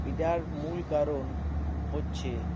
এটার মূল কারণ হচ্ছে